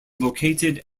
located